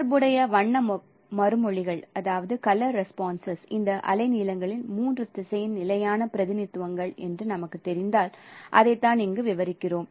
தொடர்புடைய வண்ண மறுமொழிகள் இந்த அலைநீளங்களின் மூன்று திசையன் நிலையான பிரதிநிதித்துவங்கள் என்று நமக்கு தெரிந்தால் அதைத்தான் இங்கே விவரிக்கிறோம்